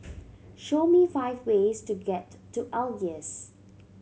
show me five ways to get to Algiers